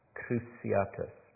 cruciatus